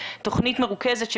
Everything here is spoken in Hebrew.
תוכנית מרוכזת.